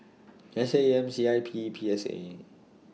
S A M C I P P S A